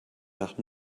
nach